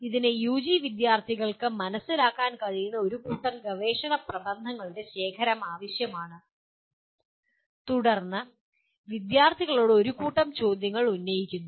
ഇതിന് യുജി വിദ്യാർത്ഥികൾക്ക് മനസിലാക്കാൻ കഴിയുന്ന ഒരു കൂട്ടം ഗവേഷണ പ്രബന്ധങ്ങളുടെ ശേഖരം ആവശ്യമാണ് തുടർന്ന് വിദ്യാർത്ഥികളോട് ഒരു കൂട്ടം ചോദ്യങ്ങൾ ഉന്നയിക്കുന്നു